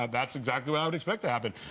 um that's exactly what i would expect to happen.